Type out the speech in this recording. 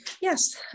Yes